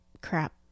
crap